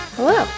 Hello